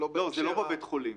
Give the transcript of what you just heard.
לא, זה לא בבית חולים.